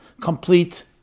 complete